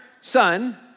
Son